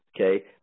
okay